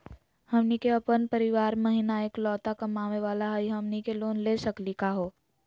हमनी के अपन परीवार महिना एकलौता कमावे वाला हई, हमनी के लोन ले सकली का हो?